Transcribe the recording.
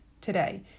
today